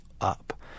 up